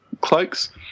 cloaks